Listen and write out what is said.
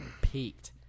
peaked